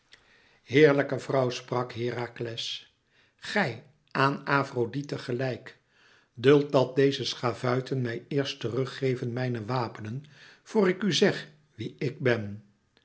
heerlijke vrouw sprak herakles gij aan afrodite gelijk duld dat deze schavuiten mij eerst terug geven mijne wapenen voor ik u zeg wie ik ben